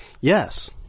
Yes